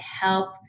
help